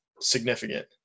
significant